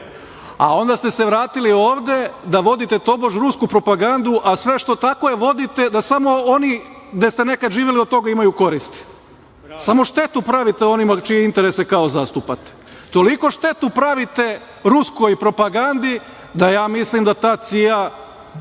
a onda ste se vratili ovde da vodite tobož rusku propagandu, a tako je vodite da samo oni gde ste nekad živeli od toga imaju koristi. Samo štetu pravite onima čije interese kao zastupate. Toliko štetu pravite ruskoj propagandi da ja mislim da ta CIA očigledno